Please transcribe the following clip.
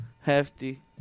hefty